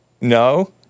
No